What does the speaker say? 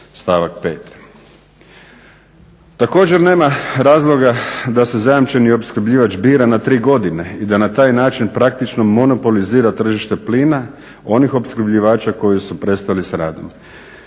stavak 5. također nema razloga da se zajamčeni opskrbljivač bira na tri godine i da na taj način praktično monopolizira tržište plina onih opskrbljivača koji su prestali s radom.